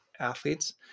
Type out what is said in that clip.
athletes